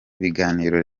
biganiro